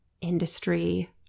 industry